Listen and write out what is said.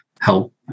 help